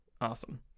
Awesome